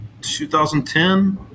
2010